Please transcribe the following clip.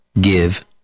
give